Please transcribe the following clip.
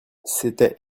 c’était